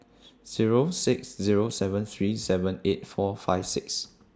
Zero six Zero seven three seven eight four five six